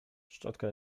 szczotka